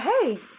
hey –